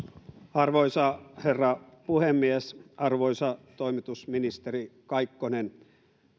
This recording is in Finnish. arvoisa herra puhemies arvoisa toimitusministeri kaikkonen